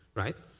right?